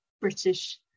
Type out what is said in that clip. British